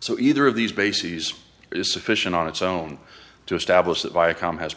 so either of these bases is sufficient on its own to establish that viacom has